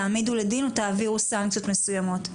תעמידו לדין או תעבירו סנקציות מסויימות?